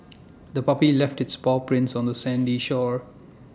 the puppy left its paw prints on the sandy shore